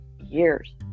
years